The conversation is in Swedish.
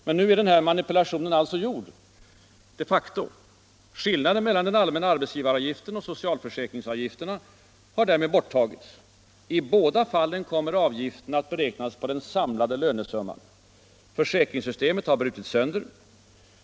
Men nu är ”manipulationen” gjord, de facto. Skillnaden mellan den allmänna arbetsgivaravgiften och socialförsäkringsavgifterna har därmed borttagits. I båda fallen kommer avgifterna att beräknas på den samlade lönesumman. Försäkringssystemet har därmed brutits sönder.